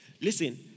Listen